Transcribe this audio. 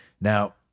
Now